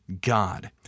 God